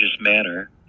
manner